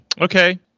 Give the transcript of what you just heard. Okay